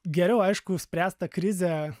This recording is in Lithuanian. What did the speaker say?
geriau aišku išspręst tą krizę